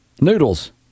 Noodles